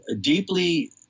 deeply